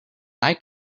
eye